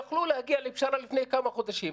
יכלו להגיע לפשרה לפני כמה חודשים,